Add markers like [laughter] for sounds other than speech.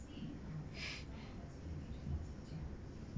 [breath]